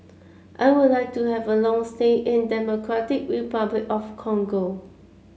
I would like to have a long stay in Democratic Republic of Congo